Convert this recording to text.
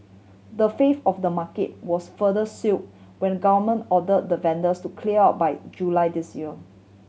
the fifth of the market was further seal when government order the vendors to clear out by July this year